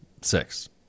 six